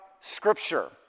Scripture